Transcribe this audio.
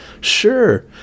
sure